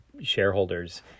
shareholders